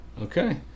Okay